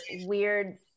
weird